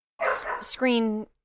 Screen